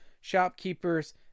shopkeepers